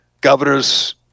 governors